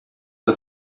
the